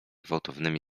gwałtownymi